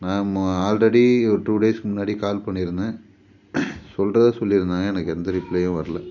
நான் ஆல்ரெடி ஒரு டூ டேஸுக்கு முன்னாடி கால் பண்ணிருந்தேன் சொல்றன் சொல்லியிருந்தாங்க எனக்கு எந்த ரிப்ளையும் வரல